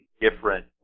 different